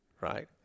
Right